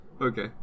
Okay